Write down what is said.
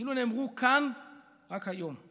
וכאילו נאמרו כאן רק היום: